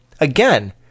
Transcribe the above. again